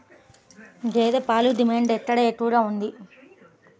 గేదె పాలకు డిమాండ్ ఎక్కడ ఎక్కువగా ఉంది?